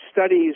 studies